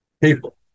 people